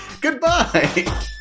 Goodbye